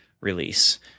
release